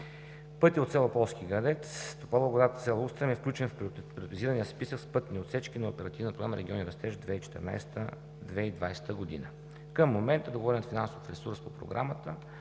Пътят от село Полски градец – Тополовград – село Устрем, е включен в приоритизирания списък с пътни отсечки на Оперативна програма „Региони в растеж 2014 – 2020 г.“. Към момента договореният финансов ресурс по програмата